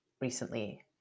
recently